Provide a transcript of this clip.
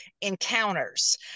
encounters